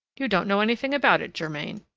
you don't know anything about it, germain.